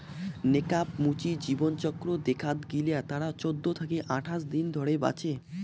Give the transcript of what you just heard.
নেকাব মুচি জীবনচক্র দেখাত গিলা তারা চৌদ্দ থাকি আঠাশ দিন ধরে বাঁচে